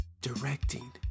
directing